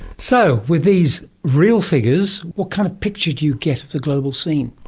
so with these real figures, what kind of picture do you get of the global scene?